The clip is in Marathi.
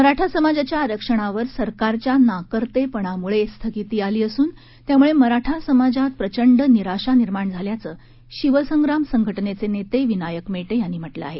मराठा समाजाच्या आरक्षणावर सरकारच्या नाकर्तेपणामुळे स्थगिती आली असून त्यामुळे मराठा समाजात प्रचंड निराशा निर्माण झाल्याचं शिवसंग्राम संघटनेचे नेते विनायक मेटे यांनी म्हटलं आहे